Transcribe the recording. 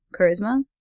charisma